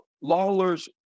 Lawler's